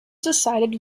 decided